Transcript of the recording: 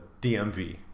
DMV